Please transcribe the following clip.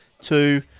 two